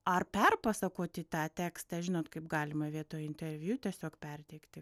ar perpasakoti tą tekstą žinot kaip galima vietoj interviu tiesiog perteikti